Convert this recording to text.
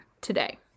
today